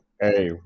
Hey